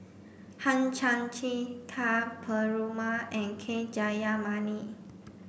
Hang Chang Chieh Ka Perumal and K Jayamani